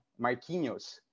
Marquinhos